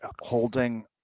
holding